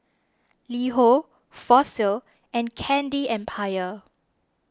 LiHo Fossil and Candy Empire